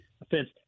offense